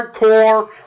hardcore